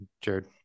Jared